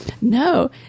no